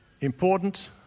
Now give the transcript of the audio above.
Important